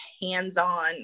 hands-on